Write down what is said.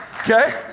Okay